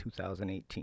2018